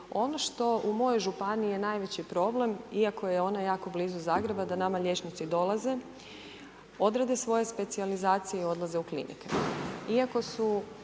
Ono što u mojoj županiji je najveći problem, iako je ona jako blizu Zagreba da nama liječnici dolaze, odrade svoje specijalizacije i odlaze u klinike. Iako su